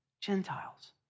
Gentiles